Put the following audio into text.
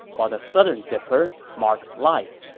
while the southern dipper marks life.